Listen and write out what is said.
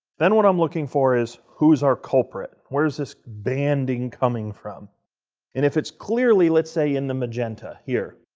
then what i'm looking for is, who's our culprit. where is this banding coming from? and if it's clearly, let's say in the magenta here,